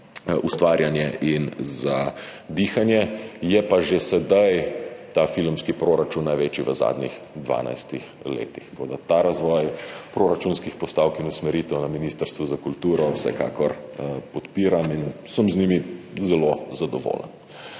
ustvarjanje in za dihanje. Je pa že sedaj ta filmski proračun največji v zadnjih 12 letih. Tako da ta razvoj proračunskih postavk in usmeritev na Ministrstvu za kulturo vsekakor podpiram in sem z njimi zelo zadovoljen.